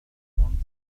someone